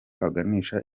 aganisha